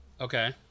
Okay